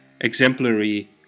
exemplary